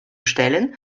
stellen